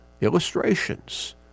illustrations